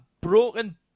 Broken